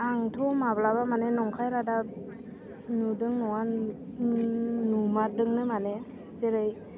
आंथ' माब्लाबा माने नंखाय रादाब नुदों नङा नुमारदोंनो माने जेरै